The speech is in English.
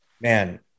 man